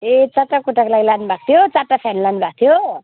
ए चारवटा कोठाको लागि लानु भएको थियो चारवटा फेन लानु भएको थियो